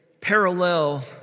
parallel